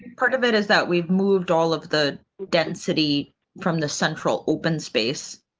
part of it is that we've moved all of the density from the central open space.